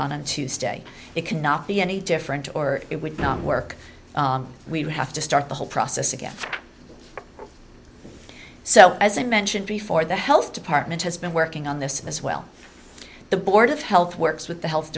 voted on tuesday it cannot be any different or it would not work we would have to start the whole process again so as i mentioned before the health department has been working on this as well the board of health works with the health